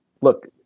look